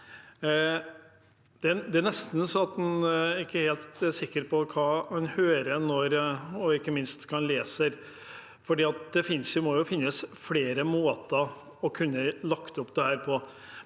Det er nesten så en ikke er helt sikker på hva en hører og ikke minst leser, for det må jo finnes flere måter å legge opp dette på.